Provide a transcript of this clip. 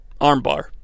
armbar